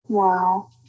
Wow